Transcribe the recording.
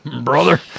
Brother